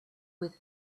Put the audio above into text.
with